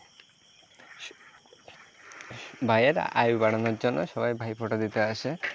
ভাইয়ের আয়ু বাড়ানোর জন্য সবাই ভাইফোঁটা দিতে আসে